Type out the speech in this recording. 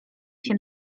się